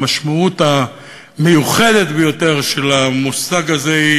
המשמעות המיוחדת ביותר של המושג הזה היא